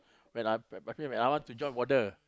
when I p~ I want to join warden